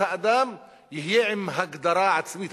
אז האדם יהיה עם הגדרה עצמית.